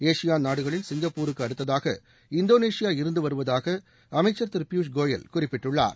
ASEAN நாடுகளில் சிங்கப்பூருக்கு அடுத்ததாக இந்தோனேஷியா இருந்துவருவதாக அமைச்சர் திரு பியூஷ் கோயல் குறிப்பிட்டுள்ளார்